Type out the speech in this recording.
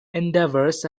endeavors